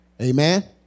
Amen